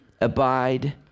abide